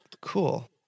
Cool